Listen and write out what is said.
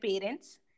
parents